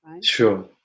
Sure